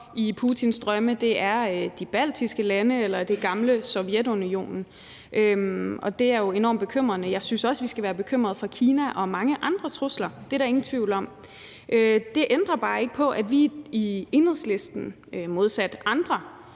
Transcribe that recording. i Putins drømme; det er de baltiske lande eller det gamle Sovjetunionen. Det er jo enormt bekymrende, og jeg synes også, at vi skal være bekymrede for Kina og mange andre trusler – det er der ingen tvivl om – men det ændrer bare ikke ved, at vi i Enhedslisten, modsat andre,